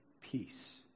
peace